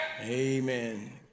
Amen